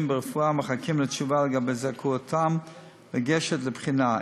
ברפואה שמחכים לתשובה לגבי זכאותם לגשת לבחינה.